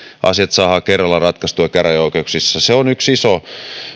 asiat saadaan kerralla ratkaistua käräjäoikeuksissa se on yksi iso